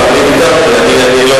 עשיתי את כל המאמצים להגיע מהר ככל האפשר.